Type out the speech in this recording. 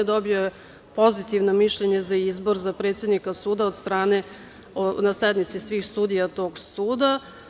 Dobio je pozitivna mišljenja za izbor za predsednika suda na sednici svih sudija tog suda.